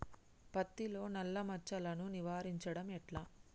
పత్తిలో నల్లా మచ్చలను నివారించడం ఎట్లా?